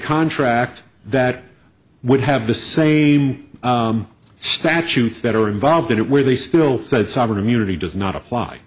contract that would have the same statutes that are involved in it where they still said sovereign immunity does not apply